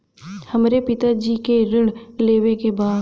हमरे पिता जी के ऋण लेवे के बा?